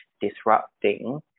disrupting